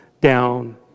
down